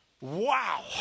Wow